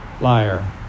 liar